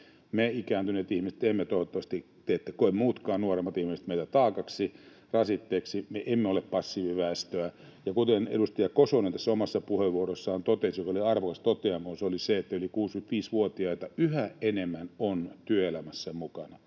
Me ikääntyneet ihmiset emme ole passiiviväestöä, ja toivottavasti te ette koe muutkaan, nuoremmat ihmiset, meitä taakaksi ja rasitteeksi. Kuten edustaja Kosonen tässä omassa puheenvuorossaan totesi, ja joka oli arvokas toteamus, yli 65-vuotiaita yhä enemmän on työelämässä mukana